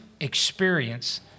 experience